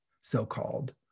so-called